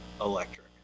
electric